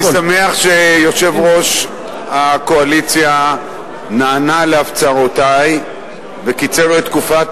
אני שמח שיושב-ראש הקואליציה נענה להפצרותי וקיצר את תקופת